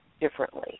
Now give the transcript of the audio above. differently